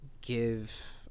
give